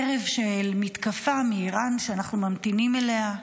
ערב של מתקפה מאיראן שאנחנו ממתינים לה,